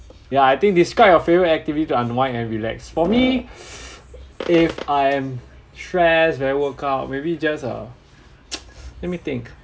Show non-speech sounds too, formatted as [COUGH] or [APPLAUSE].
yeah I think describe your favourite activity to unwind and relax for me [BREATH] if I am stressed very worked out maybe just a [NOISE] let me think